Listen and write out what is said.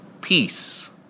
peace